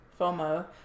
FOMO